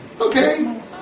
okay